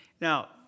Now